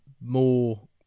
more